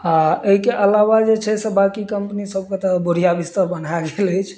आ एहिके अलावा जे छै से बाकी कम्पनी सबके तऽ बढ़िऑं विस्तर बनाए गेल अछि